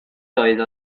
doedd